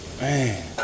Man